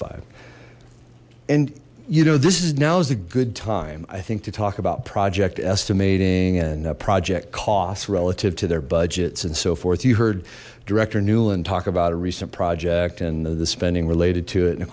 five and you know this is now's a good time i think to talk about project estimating and project costs relative to their budgets and so forth you heard director nuland talk about a recent project and the spending related to it and of